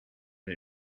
and